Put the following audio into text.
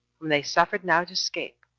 whom they suffered now to escape,